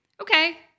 okay